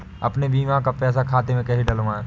अपने बीमा का पैसा खाते में कैसे डलवाए?